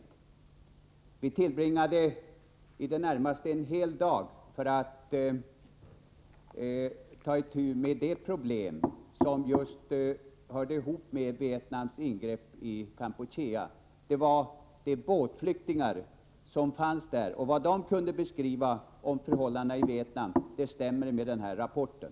Vi tillbringade i det närmaste en hel dag för att ta itu med de problem som just hörde ihop med Vietnams ingrepp i Kampuchea. Det gällde de båtflyktingar som fanns där, och vad dessa båtflyktingar kunde säga om förhållandena i Vietnam stämmer med den här rapporten.